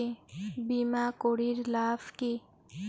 বিমা করির লাভ কি?